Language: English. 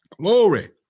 Glory